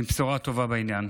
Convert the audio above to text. עם בשורה טובה בעניין.